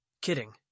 kidding